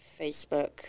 Facebook